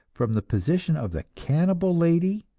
from the position of the cannibal lady,